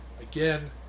Again